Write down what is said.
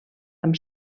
amb